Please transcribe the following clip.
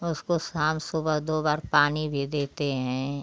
उसको शाम सुबह दो बार पानी भी देते हैं